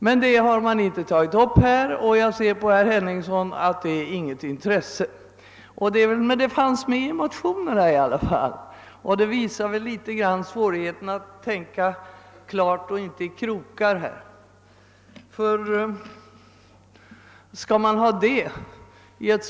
Den saken har hittills inte berörts i debatten, och jag kan se på herr Henningsson att han inte har något intresse för den. Men frågan togs upp i motionerna, vilket väl visar att det är svårt ibland att konsekvent hävda en uppfattning.